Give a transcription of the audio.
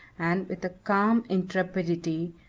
and, with a calm intrepidity,